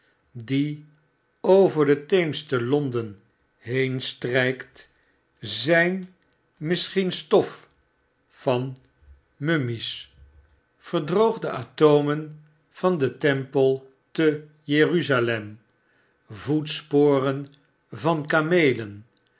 die over de theems te london heenstrykt zyn misschien stof met den stroom afdrijven van mummies verdroogde atomen van den tempel te jeruzalem voetsporen van kameelen